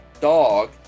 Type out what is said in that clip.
dog